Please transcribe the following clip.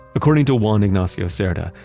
according to juan ignacio cerda,